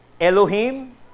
Elohim